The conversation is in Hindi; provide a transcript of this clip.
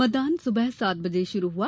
मतदान सुबह सात बजे शुरू हुआ